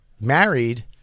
married